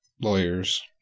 lawyers